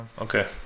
Okay